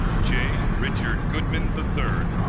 j. richard goodman the third